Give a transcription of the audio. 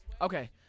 Okay